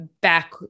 back